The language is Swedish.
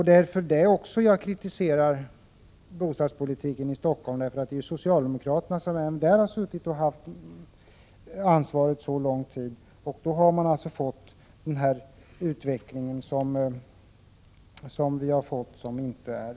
Det är också därför som jag kritiserar bostadspolitiken i Stockholm, där socialdemokraterna har haft ansvaret under så lång tid och där utvecklingen inte alls har gått åt rätt håll.